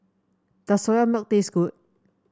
does Soya Milk taste good